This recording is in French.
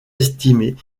estimés